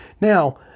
Now